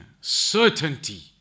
Certainty